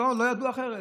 לא ידעו אחרת.